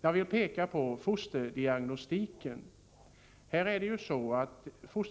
Jag vill peka på fosterdiagnostiken, som